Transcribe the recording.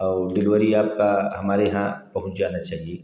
और डिलीवरी आपका हमारे यहाँ पहुँच जाना चाहिए